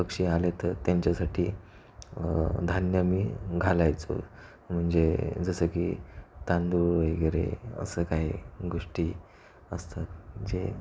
पक्षी आले तर त्यांच्यासाठी धान्य मी घालायचो म्हणजे जसं की तांदूळ वगैरे असं काही गोष्टी असतात जे